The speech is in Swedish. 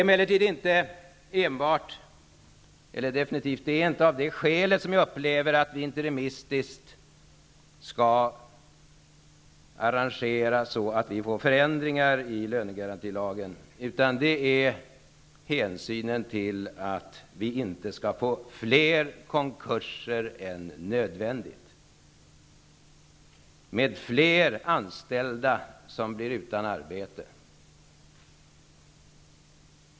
Emellertid är det definitivt inte av det skälet som jag upplever att vi interimistiskt skall göra sådana arrangemang att det blir förändringar i lönegarantilagen, utan det är hänsynen till och tanken att det inte skall bli fler konkurser än nödvändigt, med fler anställda som blir utan arbete, som varit avgörande.